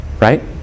Right